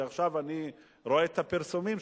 שעכשיו אני רואה את הפרסומים,